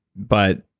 but